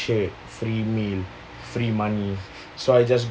free shirt free meal free money so I just go